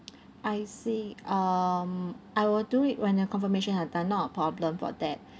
I see um I will do it when the confirmation had done not a problem for that